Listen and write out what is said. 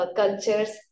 cultures